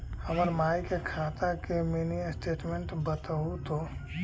हमर माई के खाता के मीनी स्टेटमेंट बतहु तो?